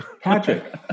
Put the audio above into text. Patrick